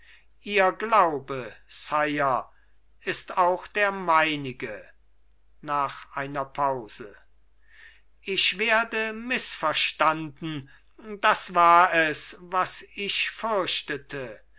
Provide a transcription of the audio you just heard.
ihr glaube sire ist auch der meine nach einer pause ich werde mißverstanden das war es was ich fürchtete